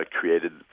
created